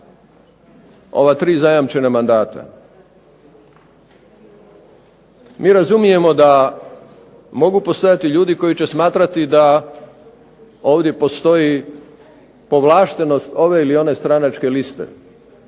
ova tri zajamčena mandata, mi razumijemo da mogu postojati ljudi koji će smatrati da ovdje postoji povlaštenost ove ili one stranačke liste,